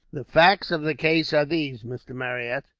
the facts of the case are these, mr. marryat.